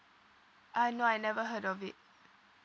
uh no I never heard of it